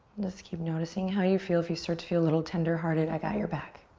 just keep noticing how you feel. if you start to feel a little tender hearted, i got your back.